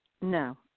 No